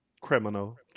criminal